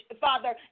Father